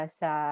sa